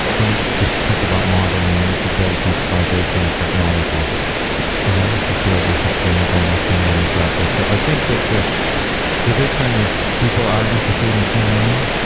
don't just think about modeling. you have to build these foundational technologies in order to build a sustainable machine learning practice so i think that the the big trend is people are interested in machine learning.